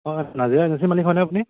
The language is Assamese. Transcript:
হয় নাজিৰা এজেঞ্চি মালিক হয়নে আপুনি